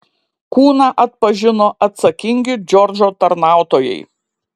kūną atpažino atsakingi džordžo tarnautojai